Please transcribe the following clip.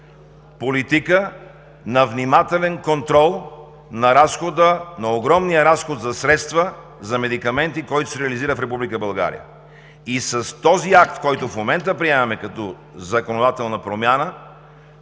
Политика на внимателен контрол на огромния разход за средства за медикаменти, който се реализира в Република България. И с този акт, който в момента приемаме като законодателна промяна,